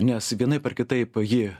nes vienaip ar kitaip ji